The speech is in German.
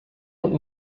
und